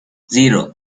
zero